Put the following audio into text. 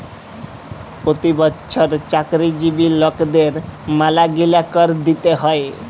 পতি বচ্ছর চাকরিজীবি লকদের ম্যালাগিলা কর দিতে হ্যয়